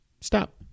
Stop